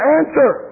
answer